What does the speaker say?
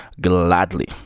Gladly